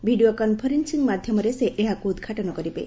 video conferencing ମାଧ୍ୟମରେ ସେ ଏହାକୁ ଉଦ୍ଘାଟନ କରିବେ